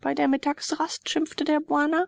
bei der mittagsrast schimpfte der bana